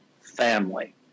family